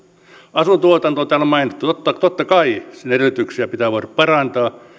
asuntotuotanto on täällä mainittu totta kai sen edellytyksiä pitää voida parantaa